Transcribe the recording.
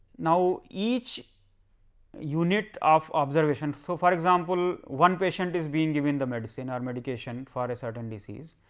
now each unit of observation so, for example, one patient is being giving the medicine or meditation for a certain disease,